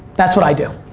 that's what i do.